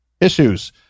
issues